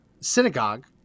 synagogue